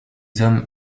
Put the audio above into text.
hommes